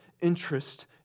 interest